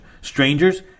Strangers